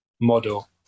model